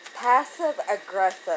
passive-aggressive